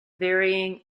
varying